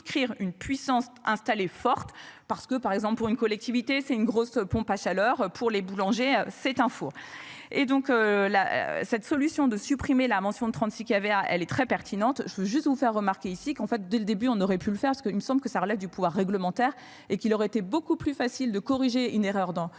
une puissance installée, forte parce que par exemple pour une collectivité. C'est une grosse pompe à chaleur pour les boulangers c'est un four et donc là cette solution de supprimer la mention de 36 qui avait ah, elle est très pertinente. Je veux juste vous faire remarquer ici qu'en fait dès le début, on aurait pu le faire parce que il me semble que ça relève du pouvoir réglementaire et qu'il aurait été beaucoup plus facile de corriger une erreur dans